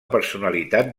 personalitat